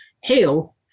hail